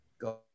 go